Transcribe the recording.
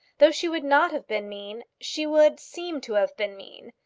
though she would not have been mean, she would seem to have been mean,